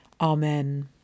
Amen